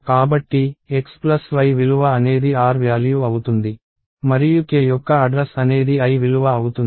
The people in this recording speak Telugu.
కాబట్టి x y విలువ అనేది r వ్యాల్యూ అవుతుంది మరియు k యొక్క అడ్రస్ అనేది l విలువ అవుతుంది